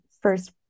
first